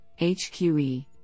HQE